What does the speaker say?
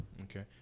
Okay